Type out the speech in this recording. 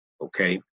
okay